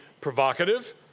provocative